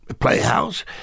playhouse